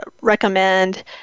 recommend